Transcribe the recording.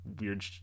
weird